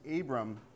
Abram